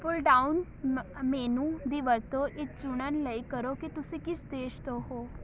ਪੁਲ down ਮ menu ਦੀ ਵਰਤੋਂ ਇਹ ਚੁਣਨ ਲਈ ਕਰੋ ਕਿ ਤੁਸੀਂ ਕਿਸ ਦੇਸ਼ ਤੋਂ ਹੋ